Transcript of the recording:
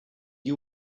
you